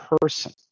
person